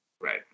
Right